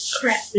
correct